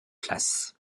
place